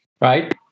right